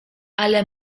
ale